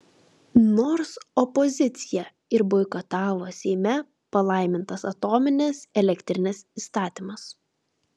nors opozicija ir boikotavo seime palaimintas atominės elektrinės įstatymas